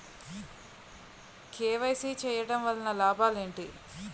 KYC చేయటం వలన లాభాలు ఏమిటి?